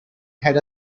had